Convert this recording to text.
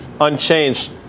unchanged